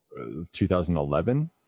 2011